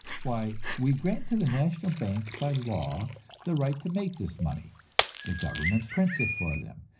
why, we grant to the national banks by law the right to make this money the government prints it for them,